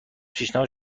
پیشنهاد